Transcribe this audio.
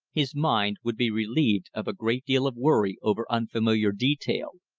his mind would be relieved of a great deal of worry over unfamiliar detail.